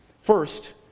First